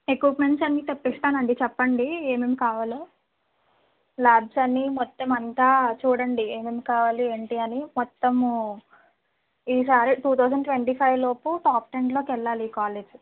equipments అన్ని తెప్పిస్తానండి చెప్పండి ఏమేం కావాలో ప్లాట్స్ అన్ని మొత్తం అంతా చూడండి ఏమేమి కావాలి కావాలి ఏంటి అని మొత్తము ఈ సారి టూ థౌసండ్ ట్వంటీ ఫైవ్లోపు టాప్ టెన్లోకెళ్ళాలి ఈ కాలేజ్